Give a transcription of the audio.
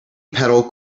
pedal